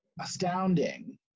astounding